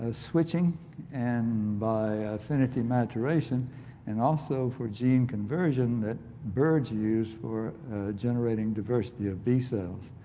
ah switching and by affinity maturation and also for gene conversion that birds used for generating diversity of b-cells.